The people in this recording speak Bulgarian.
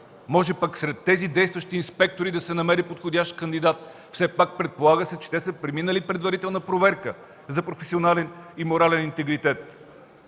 Може сред тези действащи инспектори да се намери подходящ кандидат. Все пак се предполага, че те са преминали предварителна проверка за професионален и морален интегритет.